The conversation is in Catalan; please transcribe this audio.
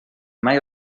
mai